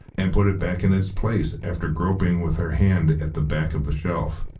and put it back in its place after groping with her hand at the back of the shelf.